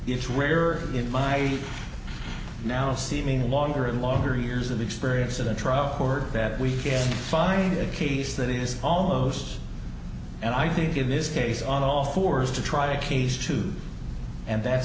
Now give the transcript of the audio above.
it's rare in my now seemingly longer and longer years of experience of the trial court that we can find a case that is almost and i think in this case on all fours to try a case too and that's